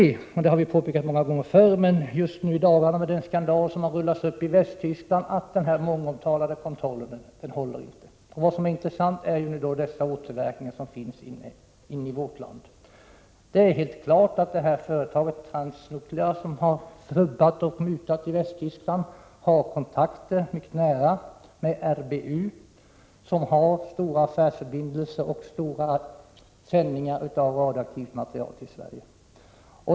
Vi har fått bekräftat många gånger tidigare men nu senast genom den skandal som rullats upp i Västtyskland att den här mångomtalade kontrollen inte håller. Vad som är intressant är återverkningarna av detta i vårt land. Det är klart att företaget Trans Nuclear, som gjort sig skyldigt till mutor i Västtyskland, har nära kontakter med RBU, som har omfattande affärsförbindelser med Sverige och stora sändningar av radioaktivt material till Sverige.